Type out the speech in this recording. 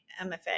MFA